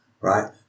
right